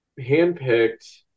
handpicked